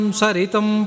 Saritam